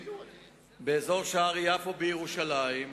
באזור שער יפו בירושלים,